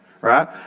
right